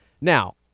Now